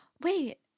wait